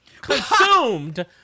consumed